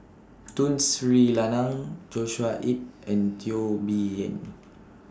Tun Sri Lanang Joshua Ip and Teo Bee Yen